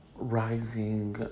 rising